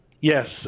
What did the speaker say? Yes